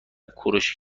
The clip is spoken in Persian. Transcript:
کوروش